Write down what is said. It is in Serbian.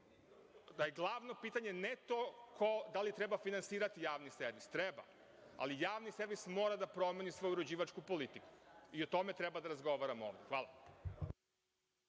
da je glavno pitanje ne to da li treba finansirati javni servis. Treba, ali javni servis mora da promeni svoju uređivačku politiku i o tome treba da razgovaramo ovde. Hvala.